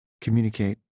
communicate